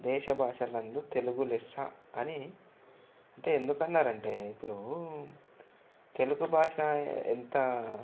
దేశభాషలందు తెలుగు లెస్స అని అంటే ఎందుకన్నారంటే ఇప్పుడు తెలుగు భాష ఎంత